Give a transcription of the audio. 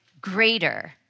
greater